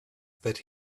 that